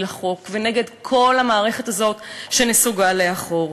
בחוק ונגד כל המערכת הזאת שנסוגה לאחור,